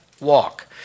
walk